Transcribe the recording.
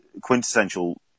quintessential